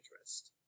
interest